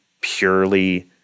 purely